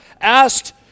asked